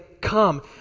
come